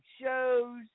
shows